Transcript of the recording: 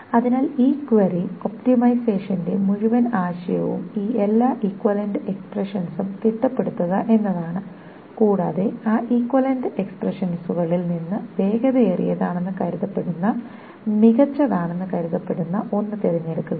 അതിനാൽ ഈ ക്വയറി ഒപ്റ്റിമൈസേഷന്റെ മുഴുവൻ ആശയവും ഈ എല്ലാ ഈക്വിവാലെന്റ് എക്സ്പ്രെഷൻസും തിട്ടപ്പെടുത്തുക എന്നതാണ് കൂടാതെ ആ ഈക്വിവാലെന്റ് എക്സ്പ്രെഷൻസുകളിൽ നിന്ന് വേഗതയേറിയതാണെന്ന് കരുതപ്പെടുന്ന മികച്ചതാണെന്ന് കരുതപ്പെടുന്ന ഒന്ന് തിരഞ്ഞെടുക്കുക